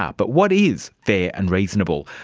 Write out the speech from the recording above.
ah but what is fair and reasonable?